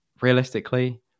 realistically